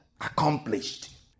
accomplished